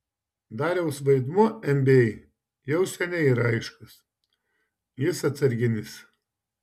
dariaus vaidmuo nba jau seniai yra aiškus jis atsarginis